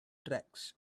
tracks